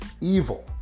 evil